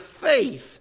faith